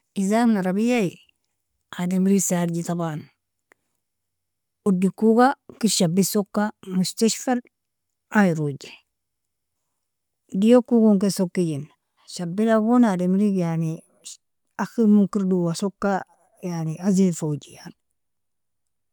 Isaaf arabiaie adameri sadje taban, udikoga ker shaben soka mustashfal iroji, diokoga ken sokijna, shabia gon adamerg yani ikhermon ker doa soka yani asafoji yani.